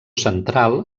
central